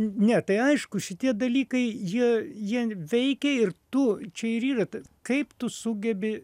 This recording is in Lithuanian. ne tai aišku šitie dalykai jie jie veikia ir tu čia ir yra ta kaip tu sugebi